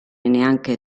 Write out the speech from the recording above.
neanche